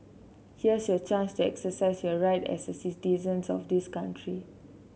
here's your chance to exercise your right as citizen of this country